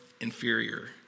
inferior